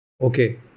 Okay